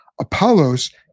Apollos